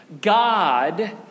God